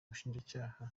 ubushinjacyaha